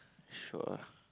sure